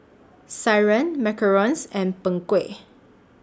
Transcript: Sireh Macarons and Png Kueh